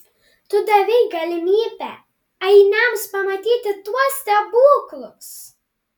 tu davei galimybę ainiams pamatyti tuos stebuklus